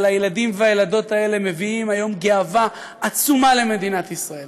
אבל הילדים והילדות האלה מביאים היום גאווה עצומה למדינת ישראל,